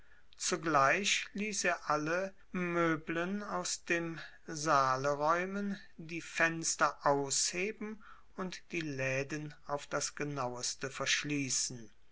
zugleich ließ er alle meublen aus dem saale räumen die fenster ausheben und die läden auf das genaueste verschließen